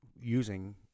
using